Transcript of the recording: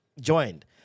joined